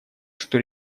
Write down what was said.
что